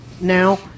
now